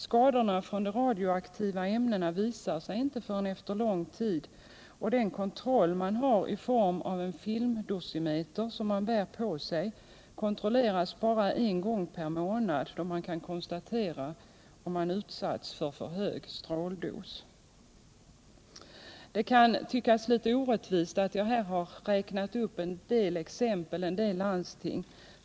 Skadorna från de radioaktiva ämnena visar sig inte förrän efter en lång tid, och den kontroll man har i form av en filmdosimeter som man bär på sig används bara en gång per månad, då det kan konstateras om man utsatts för en för hög stråldos. Det kan synas orättvist att jag här har räknat upp en del landsting.